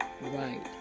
right